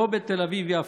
לא בתל אביב-יפו.